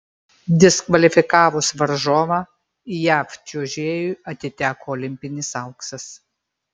diskvalifikavus varžovą jav čiuožėjui atiteko olimpinis auksas